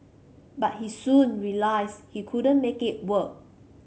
but he soon realised he couldn't make it work